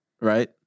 Right